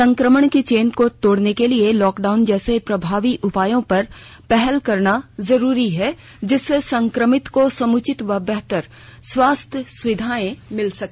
संक्रमण की चेन को तोड़ने के लिए लॉकडाउन जैसे प्रभावी उपायों पर पहल करना जरूरी है जिससे संक्रमितों को समुचित व बेहतर स्वास्थ्य सुविधाएं मिल सके